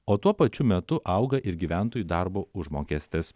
o tuo pačiu metu auga ir gyventojų darbo užmokestis